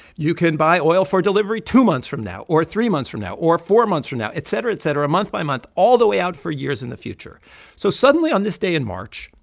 you can buy oil for delivery two months from now or three months from now or four months from now, et cetera, et cetera, month by month, all the way out for years in the future so suddenly, on this day in march,